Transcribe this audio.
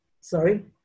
Sorry